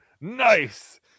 nice